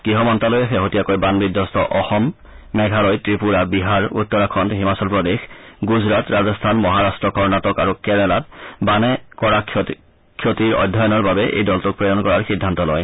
গৃহমন্ত্ৰালয়ে শেহতীয়াকৈ বান বিধ্বস্ত অসম মেঘালয় ত্ৰিপুৰা বিহাৰ উত্তৰাখণ্ড হিমাচল প্ৰদেশ গুজৰাট ৰাজস্থান মহাৰাট্ট কৰ্ণাটক আৰু কেৰালাত বানে কৰা ক্ষয়ক্ষতিৰ অধ্যয়নৰ বাবে এই দলটোক প্ৰেৰণ কৰাৰ সিদ্ধান্ত লয়